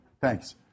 thanks